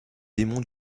démon